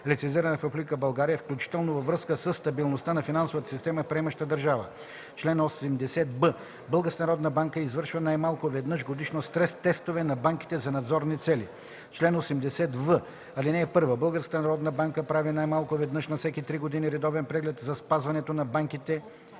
лицензирана в Република България, включително във връзка със стабилността на финансовата система в приемащата държава. Чл. 80б. Българската народна банка извършва най-малко веднъж годишно стрес-тестове на банките за надзорни цели. Чл. 80в. (1) Българската народна банка прави най-малко веднъж на всеки три години редовен преглед за спазването от банките